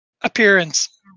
appearance